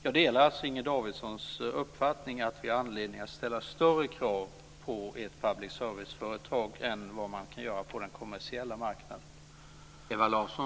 Jag delar alltså Inger Davidsons uppfattning att vi har anledning att ställa större krav på ett public service-företag än på den kommersiella marknaden.